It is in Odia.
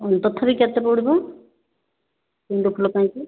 ହଁ ତଥାପି କେତେ ପଡ଼ିବ ଗେଣ୍ଡୁ ଫୁଲ ପାଇଁକି